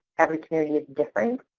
every community is different.